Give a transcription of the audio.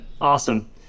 Awesome